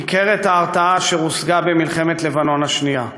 ניכרת ההרתעה אשר הושגה במלחמת לבנון השנייה.